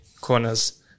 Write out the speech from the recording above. corners